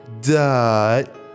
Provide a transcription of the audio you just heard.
dot